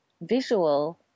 visual